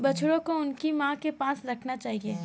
बछड़ों को उनकी मां के पास रखना चाहिए